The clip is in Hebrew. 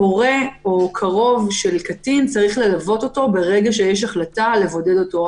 הורה או קרוב של קטין צריך ללוות אותו ברגע שיש החלטה לבודד אותו.